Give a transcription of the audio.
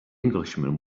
englishman